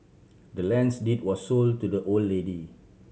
the land's deed was sold to the old lady